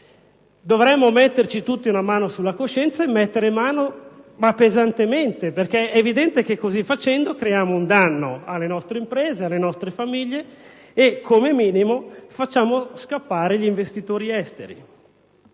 Dovremmo metterci tutti una mano sulla coscienza per porre mano pesantemente alla questione, perché è evidente che altrimenti si crea un danno alle nostre imprese, alle nostre famiglie e, come minimo, facciamo scappare gli investitori esteri.